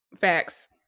Facts